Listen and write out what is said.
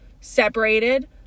separated